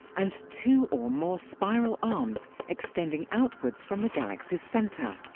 and two or more spiral arms extending outwards from the galaxy's centre.